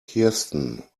kirsten